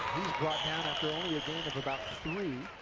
brought down after only a gain of about three.